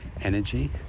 energy